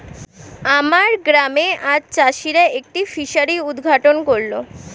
আমার গ্রামে আজ চাষিরা একটি ফিসারি উদ্ঘাটন করল